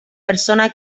persona